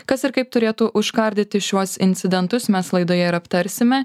kas ir kaip turėtų užkardyti šiuos incidentus mes laidoje ir aptarsime